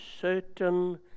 certain